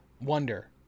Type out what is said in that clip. Wonder